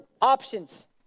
options